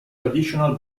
traditional